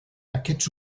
aquests